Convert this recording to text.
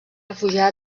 refugiar